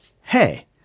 hey